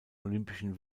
olympischen